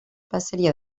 passaria